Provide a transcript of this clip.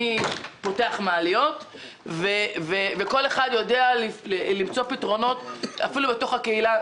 מי פותח מעליות וכל אחד יודע למצוא פתרונות בתוך הקהילה.